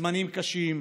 בזמנים קשים,